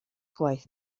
gwaith